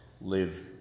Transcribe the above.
live